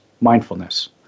mindfulness